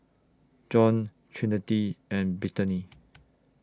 John Trinity and Brittani